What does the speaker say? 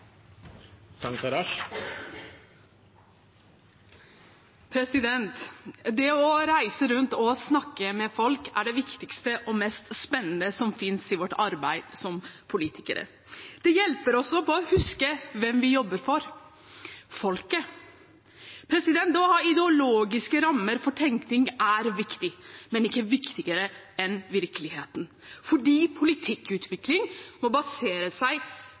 bevare. Det å reise rundt og snakke med folk er det viktigste og mest spennende som finnes i vårt arbeid som politikere. Det hjelper oss også å huske hvem vi jobber for: folket. Det å ha ideologiske rammer for tenkning er viktig, men ikke viktigere enn virkeligheten, for politikkutvikling må basere seg